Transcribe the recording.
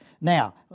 Now